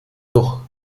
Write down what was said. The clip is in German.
noch